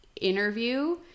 interview